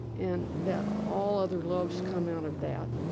and that all other loves come out of that,